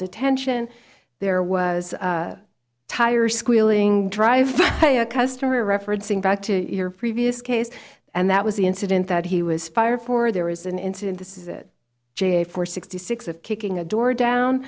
detention there was tires squealing drive play a customer referencing back to your previous case and that was the incident that he was fired for there was an incident this is it j four sixty six of kicking a do